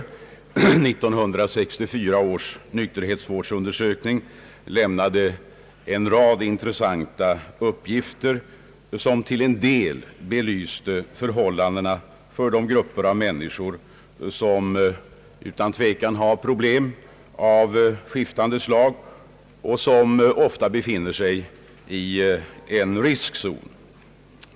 1964 års nykterhetsvårdsundersökning lämnade en rad intressanta uppgifter, som till en del belyste förhållandena för de grupper av människor, som utan tvekan har problem av skiftande slag och som ofta befinner sig i en riskzon.